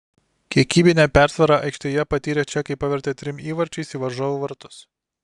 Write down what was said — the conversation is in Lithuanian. kiekybinę persvarą aikštėje patyrę čekai pavertė trim įvarčiais į varžovų vartus